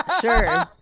Sure